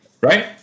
right